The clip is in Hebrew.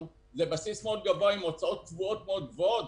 זה בסיס מאוד גבוה עם הוצאות קבועות מאוד גבוהות.